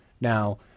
Now